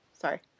Sorry